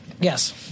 Yes